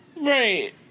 right